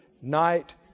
Night